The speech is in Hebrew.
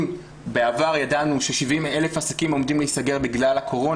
אם בעבר ידענו ש-70,000 עסקים עומדים להיסגר בגלל הקורונה,